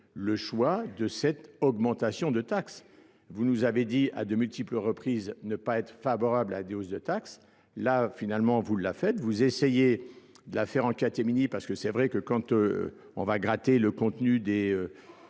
le choix de cette augmentation de taxes. Vous nous avez dit à de multiples reprises ne pas être favorable à des hausses de taxes, Là, finalement, vous l'avez fait. Vous essayez de la faire en catémini parce que c'est vrai que quand on va gratter le contenu des